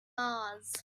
mars